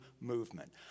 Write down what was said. movement